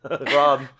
Rob